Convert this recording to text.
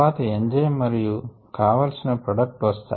తర్వాత ఎంజైమ్ మరియు కావలిసిన ప్రోడక్ట్ వస్తాయి